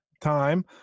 time